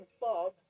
Bob